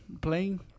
playing